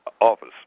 office